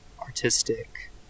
artistic